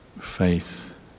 faith